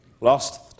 lost